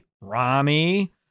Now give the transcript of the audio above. Rami